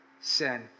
Sin